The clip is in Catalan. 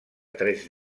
tres